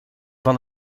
van